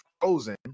frozen